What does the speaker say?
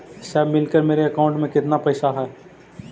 सब मिलकर मेरे अकाउंट में केतना पैसा है?